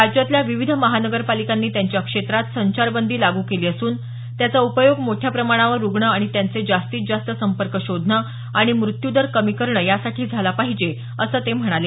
राज्यातल्या विविध महानगरपालिकांनी त्यांच्या क्षेत्रात संचारबंदी लागू केली असून त्याचा उपयोग मोठ्या प्रमाणावर रुग्ण आणि त्यांचे जास्तीत जास्त संपर्क शोधणं आणि मृत्यूदर कमी करणं यासाठी झाला पाहिजे असं ते म्हणाले